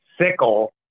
sickle